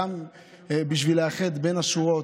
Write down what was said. גם בשביל לאחד בין השורות,